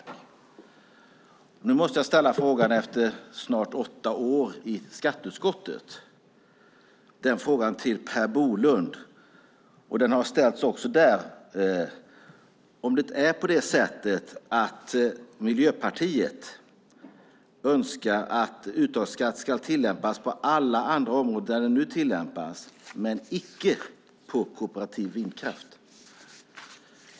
Jag måste ställa frågan till Per Bolund efter snart åtta år i skatteutskottet, och den har ställts också där: Önskar Miljöpartiet att uttagsskatt ska tillämpas på alla andra områden där den nu tillämpas men inte på kooperativ vindkraft?